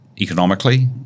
economically